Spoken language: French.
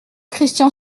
christian